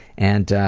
and